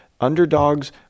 underdogs